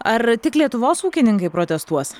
ar tik lietuvos ūkininkai protestuos